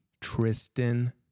Tristan